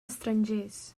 estrangers